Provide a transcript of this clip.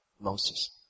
Moses